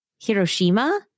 Hiroshima